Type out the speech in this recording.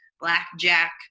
Blackjack